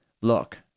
Look